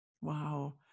Wow